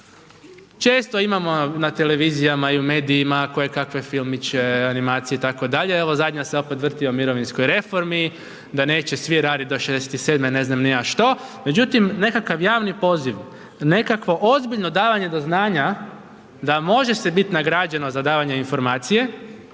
Često imamo na televizijama i u medijima kojekakve filmiće, animacije, itd., evo zadnja se opet vrti o mirovinskoj reformi, da neće svi raditi do 67.-e, ne znam ni ja što, međutim, nekakav javni poziv, nekakvo ozbiljno davanje do znanja da može se biti nagrađeno za davanje informacije,